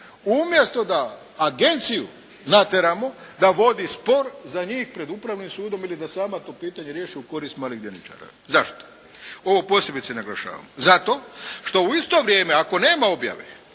umjesto da agenciju natjeramo da vodi spor za njih pred Upravnim sudom ili da sama to pitanje riješi u korist malih dioničara. Zašto? Ovo posebice naglašavam, zato što u isto vrijeme ako nema objave